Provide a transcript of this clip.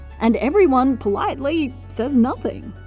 and everyone, politely, says nothing.